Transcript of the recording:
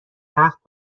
تخت